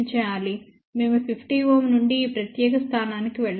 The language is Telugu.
మేము 50 Ω నుండి ఈ ప్రత్యేక స్థానానికి వెళ్ళాలి